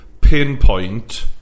pinpoint